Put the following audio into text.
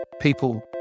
people